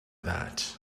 that